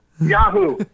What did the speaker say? Yahoo